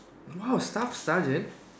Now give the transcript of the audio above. !wow! staff sergeant